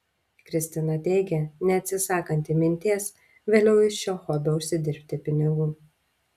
kristina teigė neatsisakanti minties vėliau iš šio hobio užsidirbti pinigų